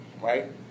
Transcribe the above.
right